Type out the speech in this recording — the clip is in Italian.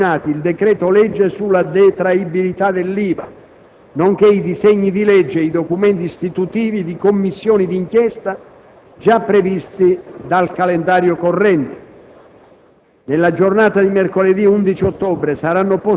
Nel corso della prossima settimana saranno poi esaminati il decreto-legge sulla detraibilità dell'IVA nonché i disegni di legge e i documenti istitutivi di Commissioni di inchiesta, già previsti dal calendario corrente.